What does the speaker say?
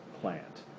plant